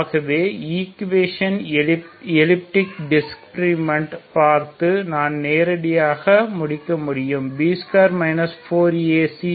ஆகவே equation elliptic discriminant பார்த்து நான் நேரடியாக முடிக்க முடியும் B2 4AC